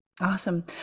Awesome